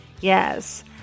Yes